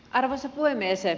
arvoisa puhemies